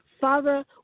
Father